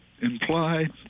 implied